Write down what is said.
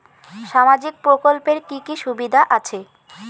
সামাজিক প্রকল্পের কি কি সুবিধা আছে?